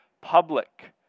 public